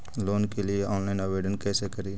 Loan के लिये online आवेदन कैसे करि?